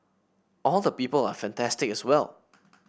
all the people are fantastic as well